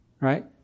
Right